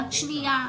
שנייה,